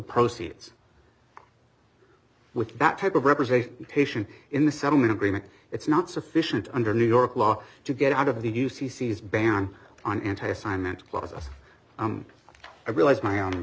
proceeds with that type of representation in the settlement agreement it's not sufficient under new york law to get out of the u c c is ban on anti assignment clauses and i realize my own